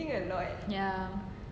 ya